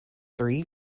three